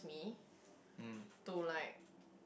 me to like